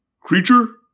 Creature